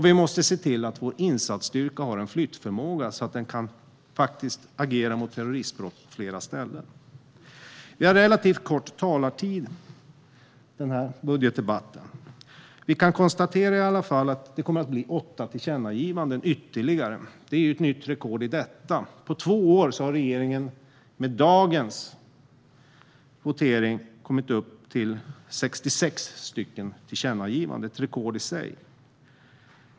Vi måste se till att vår insatsstyrka har flyttförmåga så att den kan agera mot terroristbrott på flera ställen. Vi har relativt kort talartid i den här budgetdebatten. Vi kan i alla fall konstatera att det kommer att bli ytterligare åtta tillkännagivanden. Det är ett nytt rekord. Med dagens votering har regeringen på två år kommit upp i 66 tillkännagivanden - ett rekord i sig.